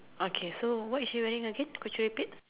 okay so what is she wearing again could you repeat